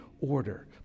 order